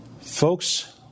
Folks